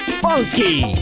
funky